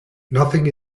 nothing